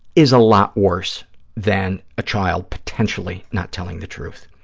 is a lot worse than a child potentially not telling the truth.